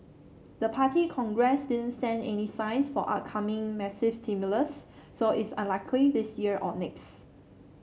the Party Congress didn't send any signs for upcoming massive stimulus so it's unlikely this year or next